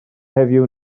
heddiw